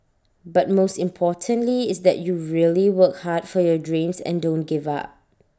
but most importantly is that you really work hard for your dreams and don't give up